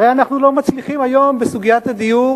הרי אנחנו לא מצליחים היום בסוגיית הדיור